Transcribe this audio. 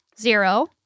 Zero